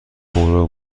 برو